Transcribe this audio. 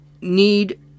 need